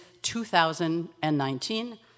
2019